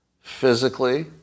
physically